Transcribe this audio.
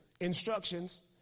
instructions